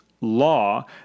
law